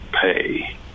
pay